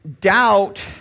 doubt